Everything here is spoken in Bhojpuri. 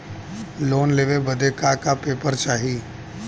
लोन लेवे बदे का का पेपर चाही?